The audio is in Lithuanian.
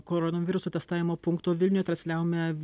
koronaviruso testavimo punkto vilniuj transliavome